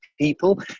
people